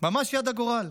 ממש יד הגורל.